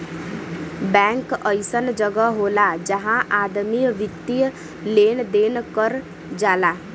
bank अइसन जगह होला जहां आदमी वित्तीय लेन देन कर जाला